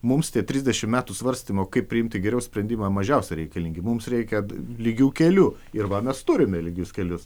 mums tie trisdešimt metų svarstymo kaip priimti geriau sprendimą mažiausiai reikalingi mums reikia lygiu keliu ir va mes turime lygius kelius